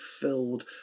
filled